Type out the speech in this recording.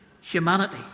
humanity